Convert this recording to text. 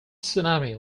tsunami